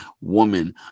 woman